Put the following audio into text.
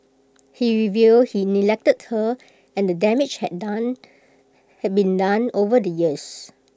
he revealed he neglected her and damage had done had been done over the years